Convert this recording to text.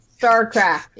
StarCraft